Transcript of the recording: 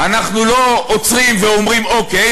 אנחנו לא עוצרים ואומרים: אוקיי,